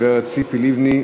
הגברת ציפי לבני,